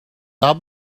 can